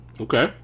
Okay